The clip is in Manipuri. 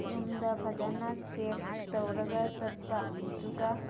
ꯌꯨꯝꯗ ꯐꯖꯅ ꯆꯦꯛ ꯇꯧꯔꯒ ꯆꯠꯄ ꯑꯗꯨꯒ